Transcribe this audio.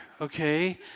okay